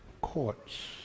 courts